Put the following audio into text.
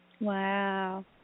Wow